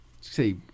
say